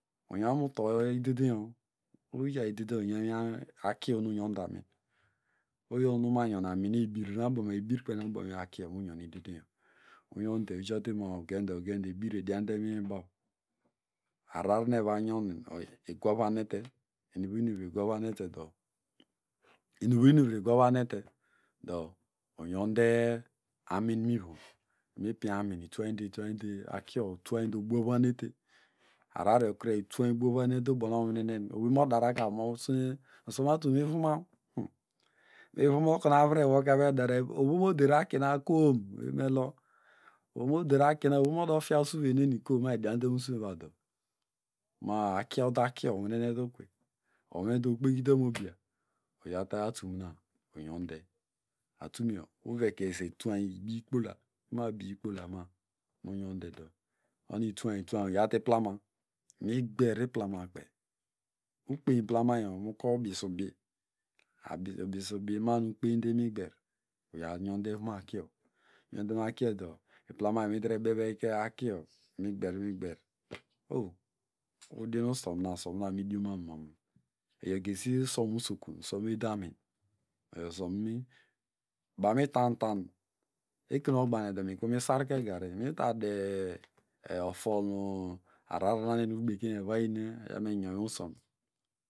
Uyanokunu uto idedenyo, uyaw idedenyo akiyo ohonuyodamin ohonu uma nyon amin ebir naabo ebirkpe nu abomuakiyo uyonde ma ijatema a ugenda gende ebiryo idiande minwibaw arar nuwanyom igwavahriede inam vronuvio igvahnete dọ, inuvronuvro igwavahnade dọ uyonde amin vi, imipiany amin itwaynde itwaynde akuyo otwaynde obwavahi nete araryokre itwayn bwavahnete ubonu owunenen owey modaraka mosi usom atum ivuma ñbu ivim okunu inavrewo medare melo ovomoderakina kom? Melo ovomo derakina kom? Uda fya usivenenu ma odiande ma- a dọ akiyo owunete okiwey umode ma okpekite mobiya uyawte atuma uyonde atumuyo uveke ibose twayu ibi- ikpola maku bi- i- ikpola oho nu uyonde dọ uyawte iplama imigber nu implamakpey ekpeny iplamayo meko ubisu ibi ubisubi ma- a ukpente migber uya yonde me akiyo uyonde makiyo dọ uplama odire beveyke akiyo imigber imigber oh, udinusomnina usomina midiomami iyogesi usom usokun usom edamin iyo usomnu bamitan tan ekrenogbagne dọ mikrumisarke gari mita de- e ofonu ararna enubekenyn evayin u eyamu enyonmu inwi usomyo.